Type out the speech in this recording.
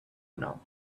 now